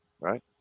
Right